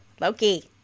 Loki